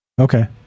okay